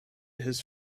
his